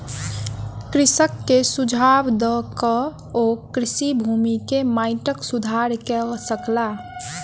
कृषक के सुझाव दय के ओ कृषि भूमि के माइटक सुधार कय सकला